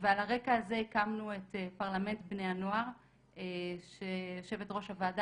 ועל הרקע הזה הקמנו את פרלמנט בני הנוער שיושבת ראש הוועדה